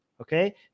Okay